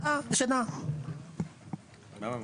זה הסיפור.